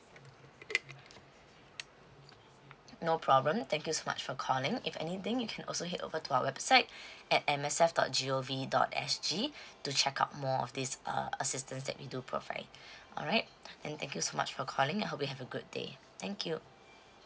no problem thank you so much for calling if anything you can also head over to our website at M S F dot G O V dot S G to check out more of these err assistance that we do provide alright then thank you so much for calling I hope you have a good day thank you